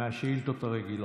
83 מהשאילתות הרגילות.